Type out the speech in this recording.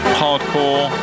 hardcore